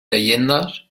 leyendas